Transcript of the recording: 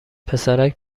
پسرک